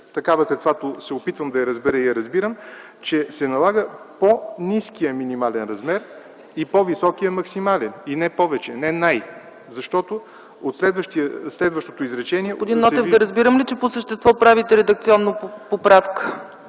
такава, каквато се опитвам да я разбера и я разбирам, че се налага, по-ниският минимален размер и по-високият максимален размер и не повече, не „най-”. Защото от следващото изречение ... ПРЕДСЕДАТЕЛ ЦЕЦКА ЦАЧЕВА: Господин Нотев, да разбирам ли, че по същество правите редакционна поправка?